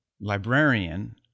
librarian